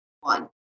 one